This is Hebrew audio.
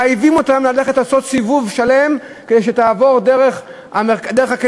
מחייבים אותך ללכת לעשות סיבוב שלם כדי שתעבור דרך הקניון,